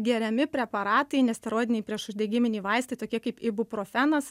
geriami preparatai nesteroidiniai priešuždegiminiai vaistai tokie kaip ibuprofenas